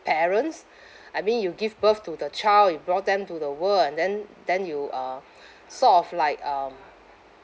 parents I mean you give birth to the child you brought them to the world and then then you uh sort of like um